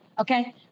Okay